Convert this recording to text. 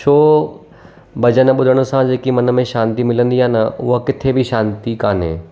छो भॼनु ॿुधण सां जेकी मन में शांती मिलंदी आहे उहा किथे बि शांती कान्हे